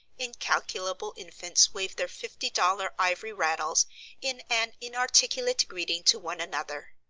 incalculable infants wave their fifty-dollar ivory rattles in an inarticulate greeting to one another.